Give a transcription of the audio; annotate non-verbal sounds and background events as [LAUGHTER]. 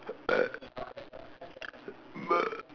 [NOISE]